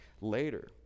later